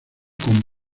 con